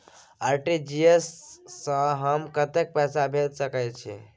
RTG S स हम कत्ते पैसा भेज सकै छीयै?